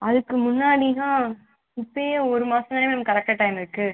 அதுக்கு முன்னாடினா இப்பயே ஒரு மாதம்தானே மேம் கரெக்டாக டைம் இருக்கு